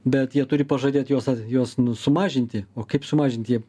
bet jie turi pažadėt juos juos sumažinti o kaip sumažinti jie